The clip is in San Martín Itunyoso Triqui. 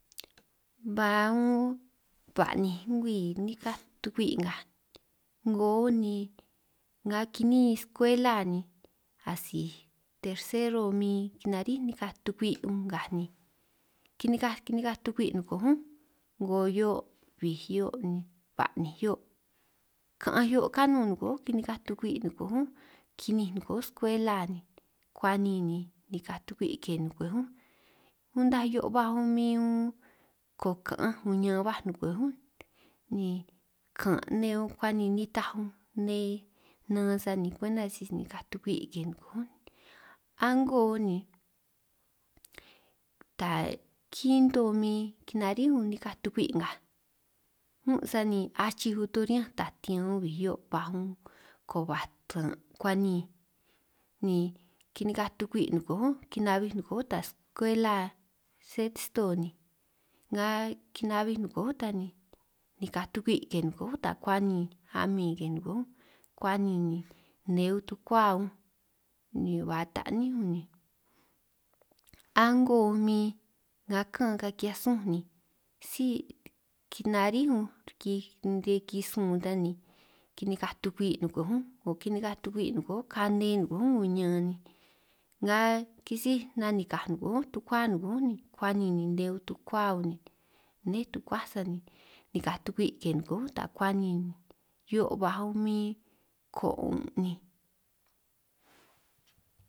Ba un ba'ninj ngwii nikaj tukwi' ngaj 'ngoj ni nnga ki'nin skwela ni asij tersero min kinaríj nikaj tukwi' ngaj ni, kinikaj kinikaj tukwi' 'nkoj ñúnj 'ngo hio', bij hio', ba'ninj hio', ka'anj hio', kanun 'ngo kinikaj tukwi' nkoj únj, ki'ninj 'nkoj únj skwela ni kuan' ni nikaj tukwi' ke nkoj únj, untaj hio'o baj únj min únj ko ka'anj nkuña ba 'ngwej únj, ni kan' nne kuan' ni nitaj nne nan sani kwenta sisi nikaj tukwi' ke 'nkoj únj, a'ngo ni ta kinto min kinarí ñunj nikaj tukwi' ngaj ñún' sani achij toj riñanj ta tian bij hio' baj un ko batan' kuan' ni kinikaj tukwi' 'nkoj únj kinabi 'nkoj únj ta skwela sexto ni, nga kinabij 'ngoj únj ta ni nika' tukwi' ke 'ngoj únj ta kuan' ni a'min ke 'nkoj únj kuan' nne unj tukua unj ni ba taní unj, a'ngo min nga ka'an ka'anj ki'hiaj sun ni si kinarii unj riki riki sun ta ni, kinikaj tukwi' 'nkoj únj 'ngo kinikaj tukwi' 'nkoj kane 'nkoj únj kuñan ni nga kisíj nanikaj 'nkoj únj tukuá 'nkoj únj ni, ba ninin nne únj tukua únj nné tukua kuan' sani hio' baj unj min ko 'un' ni